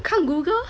看 Google